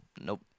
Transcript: Nope